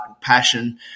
passion